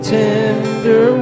tender